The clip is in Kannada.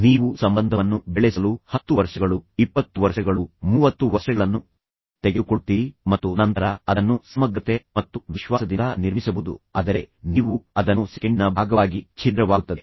ನೀವು ಸಂಬಂಧವನ್ನು ಬೆಳೆಸಲು 10 ವರ್ಷಗಳು 20 ವರ್ಷಗಳು 30 ವರ್ಷಗಳನ್ನು ತೆಗೆದುಕೊಳ್ಳುತ್ತೀರಿ ಮತ್ತು ನಂತರ ಅದನ್ನು ಸಮಗ್ರತೆ ಮತ್ತು ವಿಶ್ವಾಸದಿಂದ ನಿರ್ಮಿಸಬಹುದು ಆದರೆ ಸೆಕೆಂಡಿನ ಭಾಗವಾಗಿ ಛಿದ್ರವಾಗುತ್ತದೆ